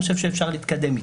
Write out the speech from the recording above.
אני חושב שאפשר להתקדם איתה.